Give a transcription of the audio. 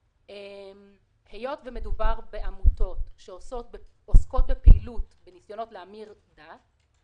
היות ומדובר בעמותות שעוסקות בפעילות בניסיונות להמיר דת,